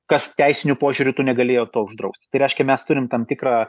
kas teisiniu požiūriu tu negalėjo to uždrausti tai reiškia mes turim tam tikrą